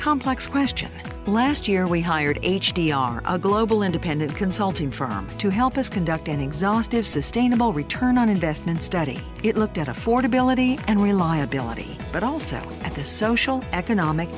complex question blast year we hired h d r a global independent consulting firm to help us conduct an exhaustive sustainable return on investment study it looked at affordability and reliability but also at the social economic